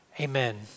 Amen